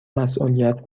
مسئولیت